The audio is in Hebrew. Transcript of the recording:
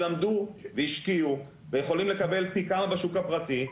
שלמדו והשקיעו ויכולים לקבל פי כמה בשוק הפרטי,